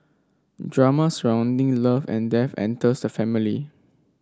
drama surrounding love and death enters the family